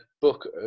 book